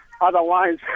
Otherwise